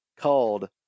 called